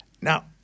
Now